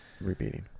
Repeating